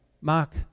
Mark